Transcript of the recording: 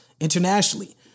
internationally